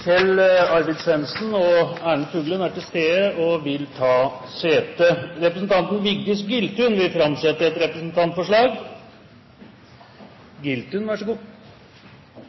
Kjell Arvid Svendsen og Erlend Fuglum er til stede og vil ta sete. Representanten Vigdis Giltun vil framsette et representantforslag.